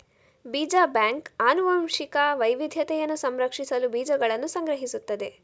ಬೀಜ ಬ್ಯಾಂಕ್ ಆನುವಂಶಿಕ ವೈವಿಧ್ಯತೆಯನ್ನು ಸಂರಕ್ಷಿಸಲು ಬೀಜಗಳನ್ನು ಸಂಗ್ರಹಿಸುತ್ತದೆ